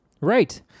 Right